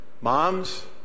moms